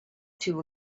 too